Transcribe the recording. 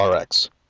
Rx